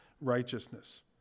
righteousness